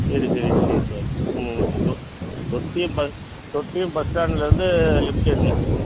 சரி சரி சரிங்க சார் தொ தொட்டியம் ப தொட்டியம் பஸ் ஸ்டாண்டுலேருந்து லெஃப்ட் சைடுங்க